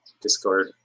Discord